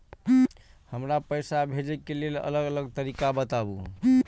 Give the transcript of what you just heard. हमरा पैसा भेजै के लेल अलग अलग तरीका बताबु?